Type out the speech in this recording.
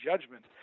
judgment